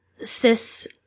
cis-